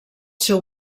seu